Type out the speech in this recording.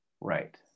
Right